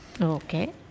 Okay